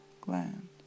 gland